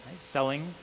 selling